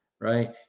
right